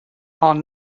are